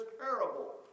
parable